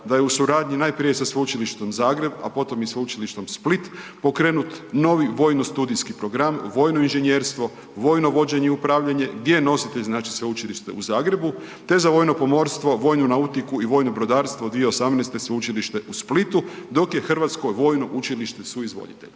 toga je u suradnji najprije sa Sveučilištom Zagreb, a potom i Sveučilištom Split pokrenut novi vojno studijski program, vojno inženjerstvo, vojno vođenje i upravljanje, gdje je nositelj znači Sveučilište u Zagrebu, te za vojno pomorstvo, vojnu nautiku i vojno brodarstvo 2018. Sveučilište u Splitu, dok je Hrvatsko vojno učilište suizvoditelj